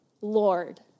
Lord